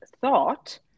thought